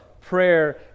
prayer